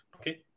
Okay